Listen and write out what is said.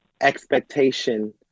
expectation